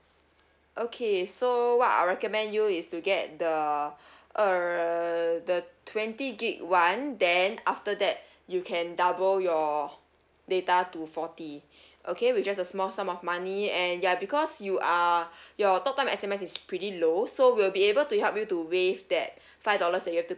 okay so what I recommend you is to get the err the twenty gig [one] then after that you can double your data to forty okay with just a small sum of money and ya because you are your talk time S_M_S is pretty low so we'll be able to help you to waive that five dollars that you have to